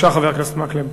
חבר הכנסת מקלב,